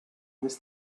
was